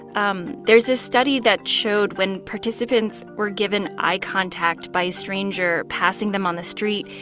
um there's this study that showed when participants were given eye contact by a stranger passing them on the street,